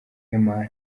emma